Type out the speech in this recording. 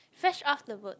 Fresh Off the boat